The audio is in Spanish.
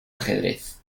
ajedrez